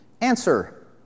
Answer